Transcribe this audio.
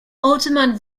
alderman